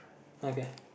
okay